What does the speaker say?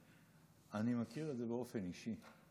אני מכיר את זה באופן אישי.